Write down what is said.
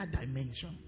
dimension